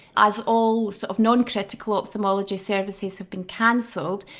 as all sort of non-critical ophthalmology services have been cancelled,